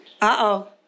Uh-oh